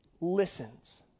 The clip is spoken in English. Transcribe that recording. listens